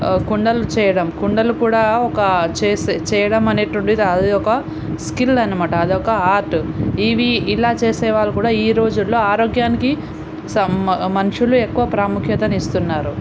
కుండలు చేయడం కుండలు కూడా ఒక చేసే చేయడమనేటువంటిది అది ఒక స్కిల్ అన్నమాట అదొక ఆర్ట్ ఈవీ ఇలా చేసేవాళ్ళు కూడా ఈరోజుల్లో ఆరోగ్యానికి సం మనుష్యులు ఎక్కువ ప్రాముఖ్యతను ఇస్తున్నారు